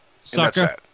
Sucker